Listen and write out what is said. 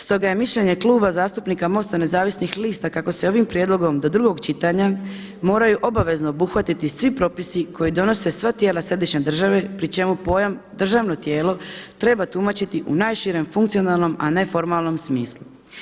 Stoga je mišljenje Kluba zastupnika MOST-a nezavisnih lista kako se ovim prijedlogom do drugog čitanja moraju obavezno obuhvatiti svi propisi koji donose sva tijela središnje države pri čemu pojam državno tijelo treba tumačiti u najširem funkcionalnom, a ne formalnom smislu.